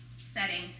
setting